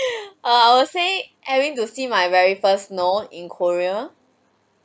I will say having to see my very first snow in korea